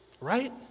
right